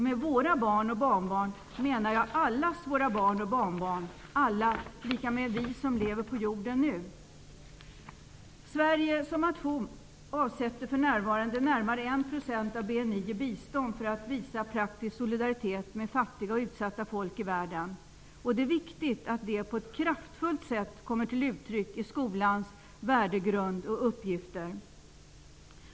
Med våra barn och barnbarn menar jag allas våra barn och barnbarn, och alla, det är vi som lever på jorden nu. Sverige som nation avsätter för närvarande närmare 1 % av BKI i bistånd för att visa praktisk solidaritet med fattiga och utsatta folk i världen. Det är viktigt att detta på ett kraftfullt sätt kommer till uttryck i skolans värdegrund och uppgifter.